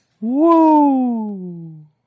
Woo